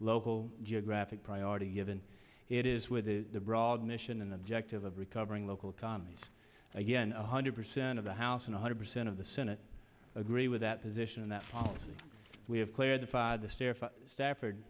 local geographic priority given it is with a broad mission an objective of recovering local economies again one hundred percent of the house in one hundred percent of the senate agree with that position and that we have clarified the staff